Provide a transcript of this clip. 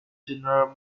general